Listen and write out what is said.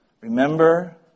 Remember